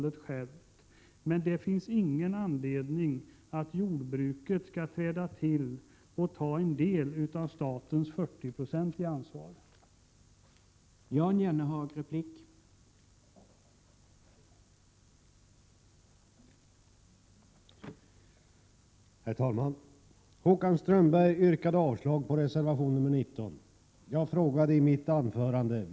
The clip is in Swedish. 1987/88:134 anledning att jordbruket skall träda till och ta en del av statens 40-procentiga 6 juni 1988